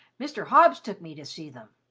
mr. hobbs took me to see them.